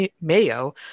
mayo